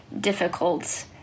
difficult